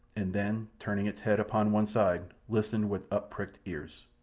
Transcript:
and then, turning its head upon one side, listened with up-pricked ears.